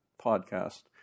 podcast